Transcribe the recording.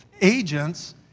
agents